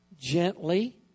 gently